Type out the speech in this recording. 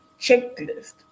checklist